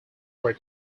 were